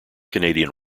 canadian